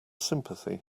sympathy